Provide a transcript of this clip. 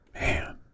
Man